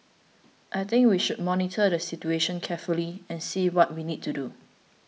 I think we should monitor the situation carefully and see what we need to do